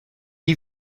you